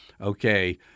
okay